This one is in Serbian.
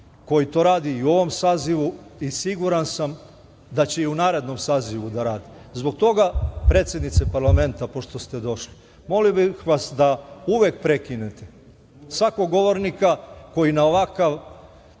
koji to radi i u ovom sazivu i siguran sam da će i u narednom sazivu da radi. Stoga, predsednice parlamenta, pošto ste došli, molio bih vas da uvek prekinete svakog govornika koji na ovakav,